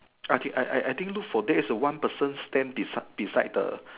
okay I I I think look for there is a one person stand beside beside the